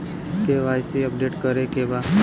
KYC update करे के बा?